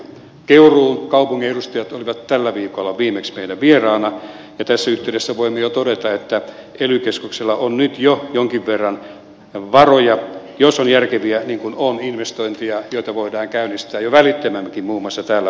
keuruun kaupungin edustajat olivat tällä viikolla viimeksi meidän vieraanamme ja tässä yhteydessä voimme jo todeta että ely keskuksella on nyt jo jonkin verran varoja jos on järkeviä niin kuin on investointeja joita voidaan käynnistää jo välittömämminkin muun muassa tällä paikkakunnalla